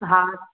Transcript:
हा